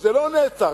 זה תהליך